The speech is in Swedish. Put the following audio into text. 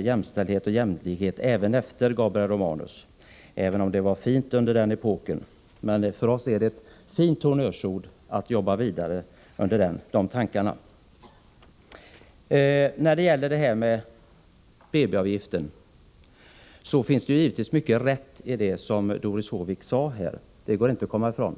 jämställdhet och jämlikhet också efter Gabriel Romanus epok, även om den var mycket positiv. För oss är jämställdhet och jämlikhet fina honnörsord, och vi vill arbeta vidare med de tankar dessa inrymmer. När det gäller BB-avgiften finns det givetvis mycket som är rätt i det som Doris Håvik sade här — det går inte att komma ifrån.